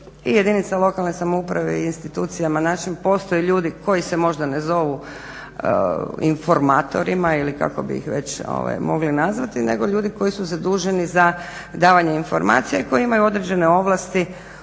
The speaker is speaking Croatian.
jedinica lokalne samouprave i institucijama našim postoje ljudi koji se možda ne zovu informatorima ili kako bi ih već mogli nazvati nego ljudi koji su zaduženi za davanje informacija i koje imaju određene ovlasti